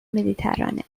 مدیترانه